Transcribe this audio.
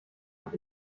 und